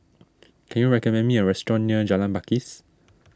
can you recommend me a restaurant near Jalan Pakis